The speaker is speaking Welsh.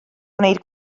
gwneud